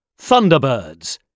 Thunderbirds